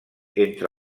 entre